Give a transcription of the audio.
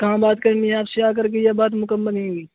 کہاں بات کرنی ہے آپ سے آ کر کے یہ بات مکمل نہیں ہوئی